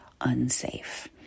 unsafe